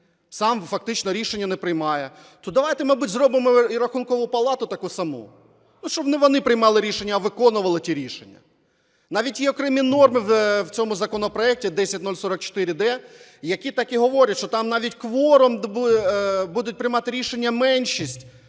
сам фактично рішення не приймає, то давайте, мабуть, зробимо і Рахункову палату таку саму, щоб не вони приймали рішення, а виконували ті рішення. Навіть є окремі норми в цьому законопроекті 10044-д, які так і говорять, що там навіть кворум… будуть приймати рішення меншість